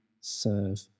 serve